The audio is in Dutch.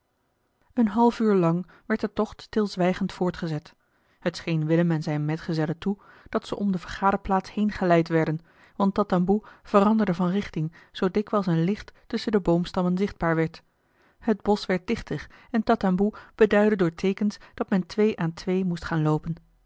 een half uur lang werd de tocht stilzwijgend voortgezet het scheen willem en zijnen metgezellen toe dat ze om de vergaderplaats heen geleid werden want tatamboe veranderde van richting zoo dikwijls een licht tusschen de boomstammen zichtbaar werd het bosch werd dichter en tatamboe beduidde door teekens dat men twee aan twee moest gaan loopen